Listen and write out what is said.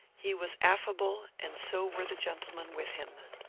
he was affable, and so were the gentlemen with him.